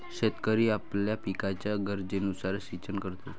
शेतकरी आपल्या पिकाच्या गरजेनुसार सिंचन करतो